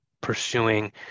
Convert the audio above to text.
pursuing